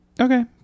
Okay